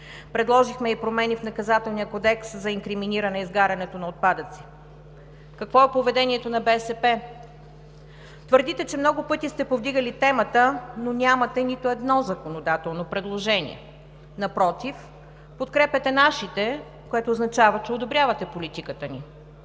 Предложихме и промени в Наказателния кодекс за инкриминиране изгарянето на отпадъци. Какво е поведението на БСП? Твърдите, че много пъти сте повдигали темата, но нямате нито едно законодателно предложение. Напротив, подкрепяте нашите, което означава, че одобрявате политиката ни.